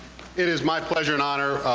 it is my pleasure and honor,